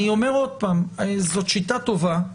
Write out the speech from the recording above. אני אומר עוד פעם, זאת שיטה טובה,